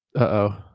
uh-oh